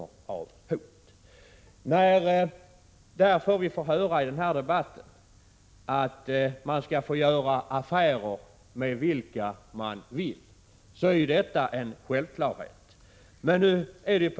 I den här debatten får vi nu 65 höra att man skall få göra affärer med vilka man vill. Detta är en självklarhet.